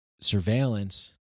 surveillance